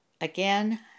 Again